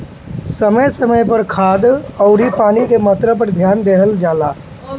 समय समय पर खाद अउरी पानी के मात्रा पर ध्यान देहल जला